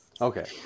Okay